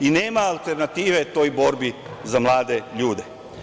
Nema alternative toj borbi za mlade ljude.